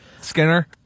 Skinner